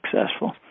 successful